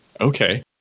okay